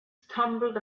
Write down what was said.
stumbled